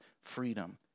freedom